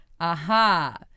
Aha